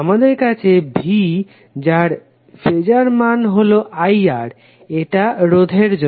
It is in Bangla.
আমাদের আছে V যার ফেজার মান হলো IR এটা রোধের জন্য